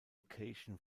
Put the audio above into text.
occasion